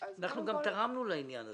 אנחנו גם תרמנו לעניין הזה,